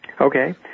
Okay